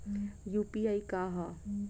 UPI का ह?